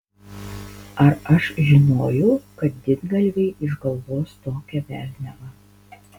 ar aš žinojau kad didgalviai išgalvos tokią velniavą